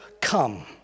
come